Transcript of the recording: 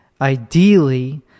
ideally